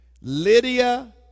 Lydia